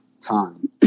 time